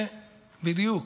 זה בדיוק,